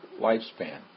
lifespan